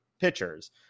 pitchers